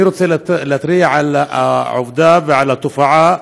אני רוצה להתריע על העובדה, ועל התופעה,